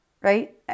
right